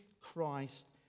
Christ